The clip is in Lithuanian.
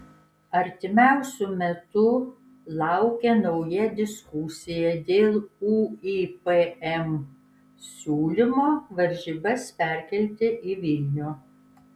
artimiausiu metu laukia nauja diskusija dėl uipm siūlymo varžybas perkelti į vilnių